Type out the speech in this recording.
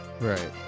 Right